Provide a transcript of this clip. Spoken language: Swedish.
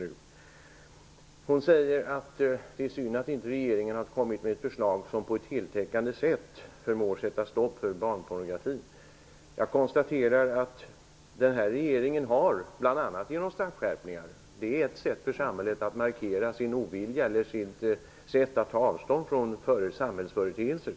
Catarina Rönnung säger att det är synd att regeringen inte har lagt fram ett förslag som på ett heltäckande sätt förmår att sätta stopp för barnpornografi. Den här regeringen har bl.a. genomfört straffskärpningar. Det är ett sätt för samhället att markera sitt avståndstagande från samhällsföreteelser.